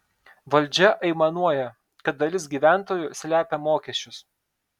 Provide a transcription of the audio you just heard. valdžia aimanuoja kad dalis gyventojų slepia mokesčius